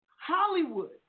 Hollywood